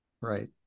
right